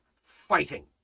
fighting